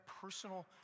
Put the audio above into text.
personal